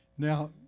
Now